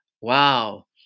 wow